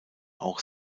auch